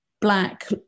black